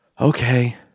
Okay